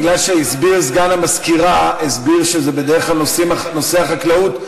בגלל שסגן המזכירה הסביר שבדרך כלל נושא החקלאות,